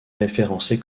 référencé